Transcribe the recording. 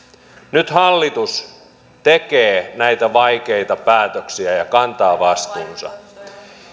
nyt hallitus tekee näitä vaikeita päätöksiä ja kantaa vastuunsa